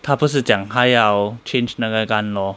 他不是讲他要 change 那个 gun law